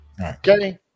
okay